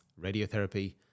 radiotherapy